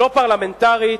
לא פרלמנטרית.